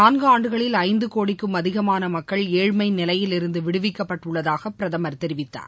நான்காண்டுகளில் ஐந்துகோடிக்கும் அதிகமான மக்கள் ஏழ்மை நிலையிலிருந்து கடந்த விடுவிக்கப்பட்டுள்ளதாக பிரதமர் தெரிவித்தார்